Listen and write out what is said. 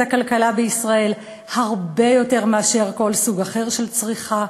הכלכלה בישראל הרבה יותר מכל סוג אחר של צריכה,